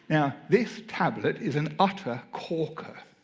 now this tablet is an utter corker.